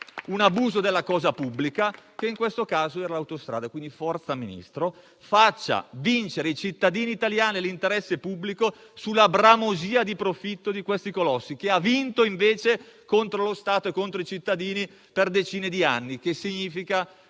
un abuso della cosa pubblica, che in questo caso era l'autostrada. Forza Ministro, quindi, faccia vincere i cittadini italiani e l'interesse pubblico sulla bramosia di profitto di questi colossi, che ha vinto invece contro lo Stato e contro i cittadini per decine di anni. Significa che,